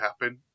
happen